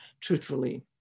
truthfully